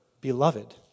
beloved